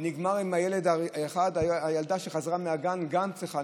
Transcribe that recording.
ונגמר עם הילד האחד אז גם הילדה שחזרה מהגן צריכה,